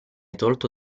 tolto